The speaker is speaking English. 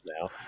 Now